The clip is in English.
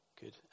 good